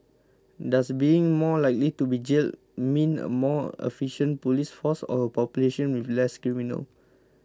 does being more likely to be jailed mean a more efficient police force or a population with less criminals